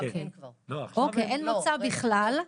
עכשיו כבר אין בכלל.